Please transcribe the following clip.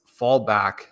fallback